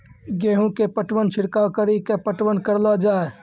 गेहूँ के पटवन छिड़काव कड़ी के पटवन करलो जाय?